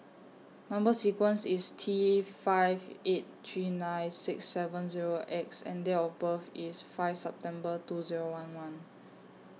Number sequence IS T five eight three nine six seven Zero X and Date of birth IS five September two Zero one one